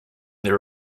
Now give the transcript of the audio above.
their